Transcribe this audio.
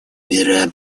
мира